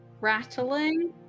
Rattling